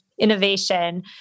innovation